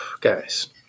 Guys